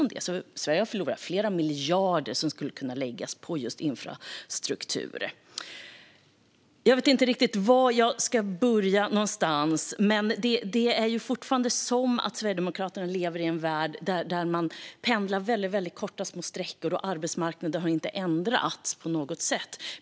Därför har Sverige förlorat flera miljarder som kunde ha lagts på just infrastruktur. Jag vet inte var jag ska börja. Det är som att Sverigedemokraterna fortfarande lever i en värld där människor pendlar korta sträckor och arbetsmarknaden inte har ändrats.